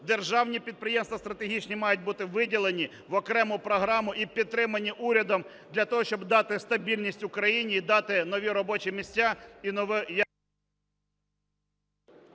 Державні підприємства стратегічні мають бути виділені в окрему програму і підтримані урядом для того, щоб дати стабільність Україні і дати нові робочі місця…